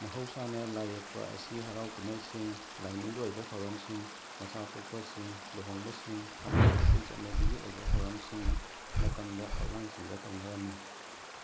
ꯃꯍꯧꯁꯥꯅ ꯂꯥꯏꯌꯦꯛꯄ ꯑꯁꯤ ꯍꯔꯥꯎ ꯀꯨꯝꯍꯩꯁꯤꯡ ꯂꯥꯏꯅꯤꯡꯒꯤ ꯑꯣꯏꯕ ꯊꯧꯔꯝꯁꯤꯡ ꯃꯆꯥ ꯄꯣꯛꯄꯁꯤꯡ ꯂꯨꯍꯣꯡꯕꯁꯤꯡ ꯑꯃꯗꯤ ꯑꯇꯩ ꯆꯠꯅꯕꯤꯒꯤ ꯑꯣꯏꯕ ꯊꯧꯔꯝꯁꯤꯡꯒꯤ ꯃꯇꯝꯗ ꯐꯛꯂꯥꯡꯁꯤꯡꯗ ꯇꯧꯅꯔꯝꯃꯤ